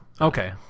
Okay